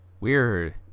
weird